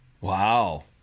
Wow